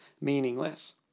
meaningless